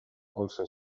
also